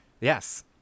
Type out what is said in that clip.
Yes